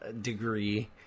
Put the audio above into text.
degree